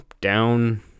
down